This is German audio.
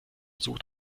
sucht